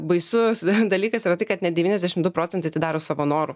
baisus dalykas yra tai kad net devyniasdešimt du procentai tai daro savo noru